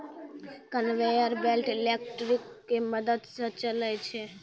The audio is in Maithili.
कनवेयर बेल्ट इलेक्ट्रिक के मदद स चलै छै